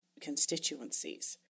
constituencies